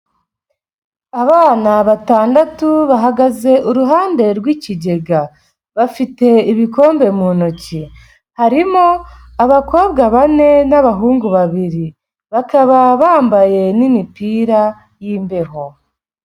Abana batandatu bahagaze iruhande rw'ikigega. Bafite ibikombe mu ntoki. Harimo abakobwa bane n'abahungu babiri. Bakaba bambaye n'imipira y'imbeho.